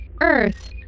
Earth